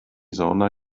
sauna